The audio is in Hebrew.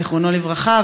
זיכרונו לברכה,